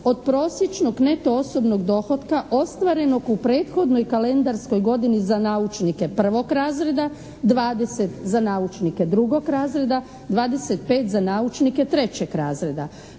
od prosječnog neto osobnog dohotka ostvarenog u prethodnoj kalendarskoj godini za naučnike 1. razreda, 20 za naučnike 2. razreda, 25 za naučnike 3. razreda.